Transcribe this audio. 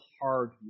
hard